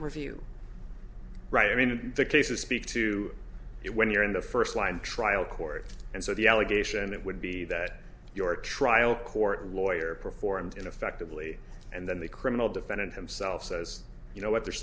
review right i mean in the case of speak to it when you're in the first line trial court and so the allegation it would be that your trial court lawyer performed in effectively and then the criminal defendant himself says you know what there's